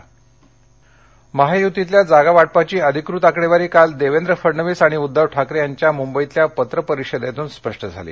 महायती महायूतीतल्या जागावाटपाची अधिकृत आकडेवारी काल देवेंद्र फडणविस आणि उद्दव ठाकरे यांच्या मुंबईतल्या पत्रपरिषदेतून स्पष्ट झाली